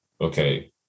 Okay